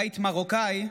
בית מרוקאי,